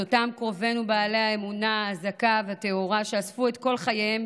את אותם קרובינו בעלי האמונה הזכה והטהורה שאספו את כל חייהם